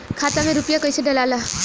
खाता में रूपया कैसे डालाला?